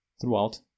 throughout